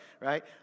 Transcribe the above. right